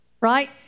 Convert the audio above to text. Right